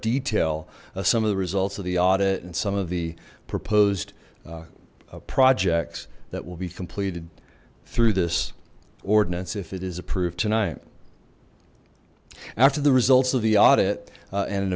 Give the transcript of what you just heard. detail some of the results of the audit and some of the proposed projects that will be completed through this ordinance if it is approved tonight after the results of the audit and an